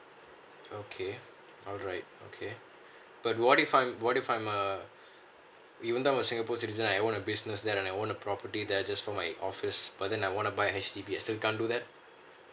okay alright okay but what if I what if I'm a even though I am a singapore citizen I own a business there and I own a property there just for my office but then I wanna buy H_D_B I still can't do that